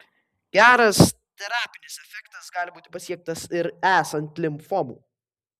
geras terapinis efektas gali būti pasiektas ir esant limfomų